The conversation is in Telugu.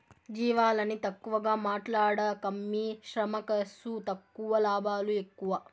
జీవాలని తక్కువగా మాట్లాడకమ్మీ శ్రమ ఖర్సు తక్కువ లాభాలు ఎక్కువ